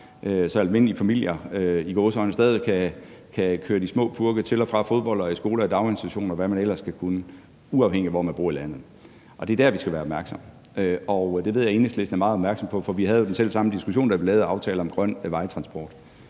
så almindelige familier – i gåseøjne – stadig væk kan køre de små purke til og fra fodbold, i skole og i daginstitution, og hvad man ellers skal kunne, uafhængigt af hvor man bor i landet. Det er dér, vi skal være opmærksomme, og det ved jeg at Enhedslisten er meget opmærksom på, for vi havde jo den selv samme diskussion, da vi lavede aftalen om grøn vejtransport.